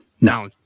no